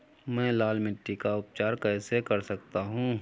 मैं लाल मिट्टी का उपचार कैसे कर सकता हूँ?